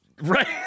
Right